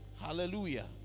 Hallelujah